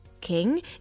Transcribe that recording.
King